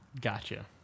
Gotcha